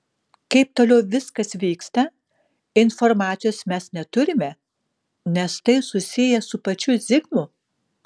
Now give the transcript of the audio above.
kaip toliau viskas vyksta informacijos mes neturime nes tai susiję su pačiu zigmu